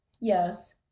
Yes